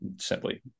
Simply